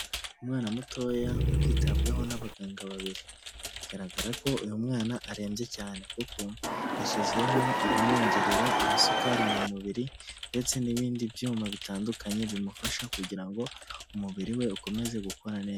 Umwana mutoya uri kwitabwaho n'abaganga babiri, bigaragara ko uyu mwana arembye cyane, kuko yashyizwemo ibimwongerera amasukari mu mubiri, ndetse n'ibindi byuma bitandukanye bimufasha kugira ngo umubiri we ukomeze gukora neza.